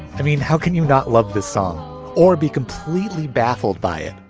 i mean, how can you not love this song or be completely baffled by it?